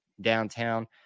downtown